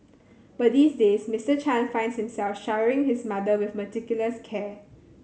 but these days Mister Chan finds himself showering his mother with meticulous care